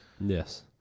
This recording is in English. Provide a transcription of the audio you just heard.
Yes